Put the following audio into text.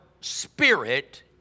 spirit